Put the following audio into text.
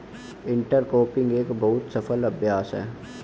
intercropping एक बहु फसल अभ्यास है